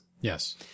Yes